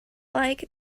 like